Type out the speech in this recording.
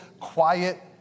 quiet